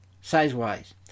size-wise